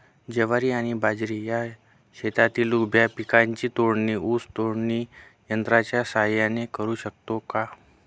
ज्वारी आणि बाजरी या शेतातील उभ्या पिकांची तोडणी ऊस तोडणी यंत्राच्या सहाय्याने करु शकतो का?